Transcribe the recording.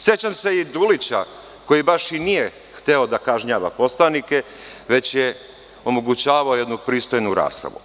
Sećam se i Dulića, koji baš i nije hteo da kažnjava poslanike, već je omogućavao jednu pristojnu raspravu.